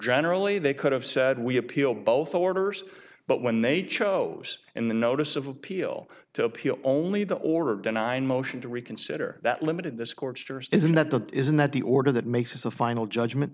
generally they could have said we appeal both orders but when they chose in the notice of appeal to appeal only the order of the nine motion to reconsider that limited this quarter's isn't that the isn't that the order that makes a final judgment